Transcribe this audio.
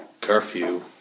curfew